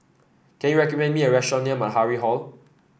can you recommend me a restaurant near Matahari Hall